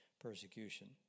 persecution